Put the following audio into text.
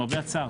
למרבה הצער.